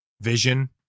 Vision